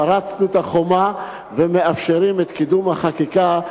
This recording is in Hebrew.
פרצנו את החומה ומאפשרים את קידום החקיקה.